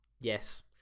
yes